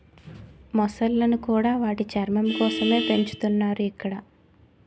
మొసళ్ళను కూడా వాటి చర్మం కోసమే పెంచుతున్నారు ఇక్కడ